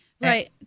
Right